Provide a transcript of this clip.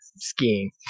skiing